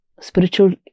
spiritual